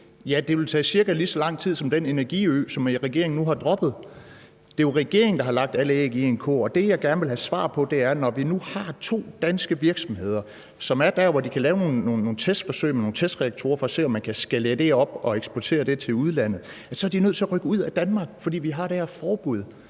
Ja, det vil tage cirka lige så lang tid, som det har taget med den her energiø, som regeringen nu har droppet. Det er jo regeringen, der har lagt alle æg i én kurv, og det, jeg gerne vil have svar på, er i forhold til det med, at når vi nu har to danske virksomheder, som er der, hvor de kan lave nogle testforsøg med nogle testreaktorer for at se, om man kan skalere det op og eksportere det til udlandet, så er de nødt til at rykke ud af Danmark, fordi vi har det her forbud.